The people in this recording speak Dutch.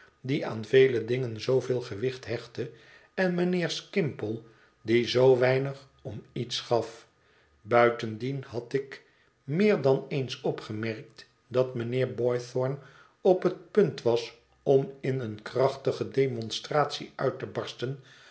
die aan vele dingen zooveel gewicht hechtte en mijnheer skimpole die zoo weinig om iets gaf buitendien had ik meer dan eens opgemerkt dat mijnheer boythorn op het punt was om in eene krachtige demonstratie uit te barsten